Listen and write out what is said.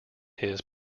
his